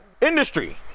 industry